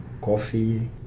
coffee